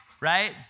right